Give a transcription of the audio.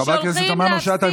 חברת הכנסת תמנו שטה,